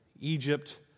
Egypt